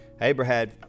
Abraham